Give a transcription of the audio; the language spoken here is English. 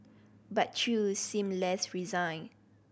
but Chew seemed less resigned